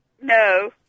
No